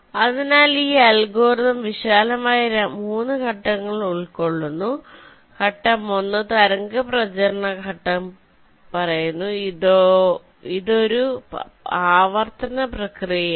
അതിനാൽ ഈ അൽഗോരിതം വിശാലമായി 3 ഘട്ടങ്ങൾ ഉൾക്കൊള്ളുന്നു ഘട്ടം 1 തരംഗ പ്രചരണ ഘട്ടം പറയുന്നു ഇതൊരു ആവർത്തന പ്രക്രിയയാണ്